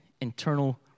internal